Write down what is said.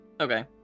Okay